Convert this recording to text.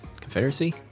Confederacy